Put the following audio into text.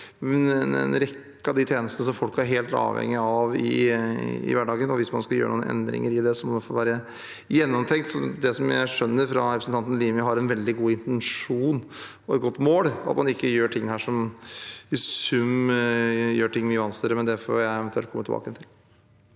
en rekke av de tjenestene som folk er helt avhengige av i hverdagen. Hvis man skal gjøre noen endringer i det, må det iallfall være gjennomtenkt. Det jeg skjønner fra representanten Limi, er at forslaget har en veldig god intensjon og et godt mål, og at man ikke gjør noe her som i sum gjør ting mye vanskeligere, men dette får jeg eventuelt komme tilbake til.